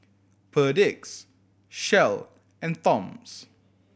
Perdix Shell and Toms